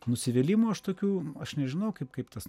nusivylimo aš tokių aš nežinau kaip kaip tas